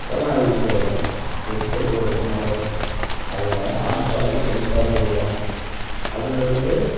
அர்த்தநாரிஸ்வரர் திருச்செங்கோடு மலை அதில் ஆண்பாதி பெண்பாதி உருவம் அதில் இருந்து